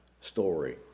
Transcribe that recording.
story